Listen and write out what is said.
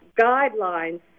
guidelines